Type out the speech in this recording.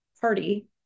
party